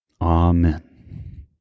amen